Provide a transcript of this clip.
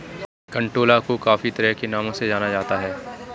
कंटोला को काफी तरह के नामों से जाना जाता है